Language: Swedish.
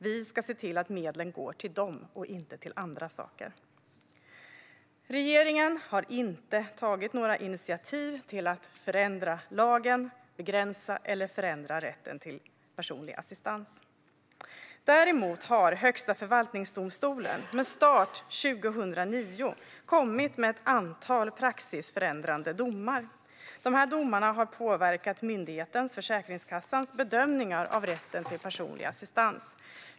Vi ska se till att medlen går till dem och inte till andra saker. Regeringen har inte tagit några initiativ till att förändra lagen, begränsa eller förändra rätten till personlig assistans. Däremot har Högsta förvaltningsdomstolen med start 2009 kommit med ett antal praxisförändrande domar. Domarna har påverkat myndigheten Försäkringskassans bedömningar av rätten till personlig assistans.